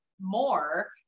more